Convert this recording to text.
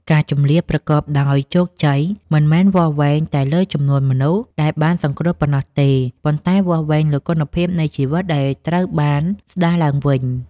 ការជម្លៀសប្រកបដោយជោគជ័យមិនមែនវាស់វែងតែលើចំនួនមនុស្សដែលបានសង្គ្រោះប៉ុណ្ណោះទេ ប៉ុន្តែវាស់លើគុណភាពនៃជីវិតដែលត្រូវបានស្តារឡើងវិញ។